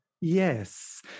yes